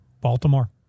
Baltimore